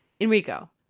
Enrico